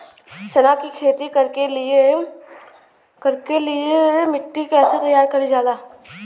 चना की खेती कर के लिए मिट्टी कैसे तैयार करें जाला?